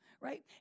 Right